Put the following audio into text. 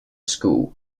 school